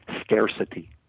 scarcity